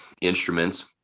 instruments